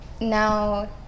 now